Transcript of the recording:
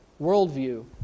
worldview